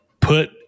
put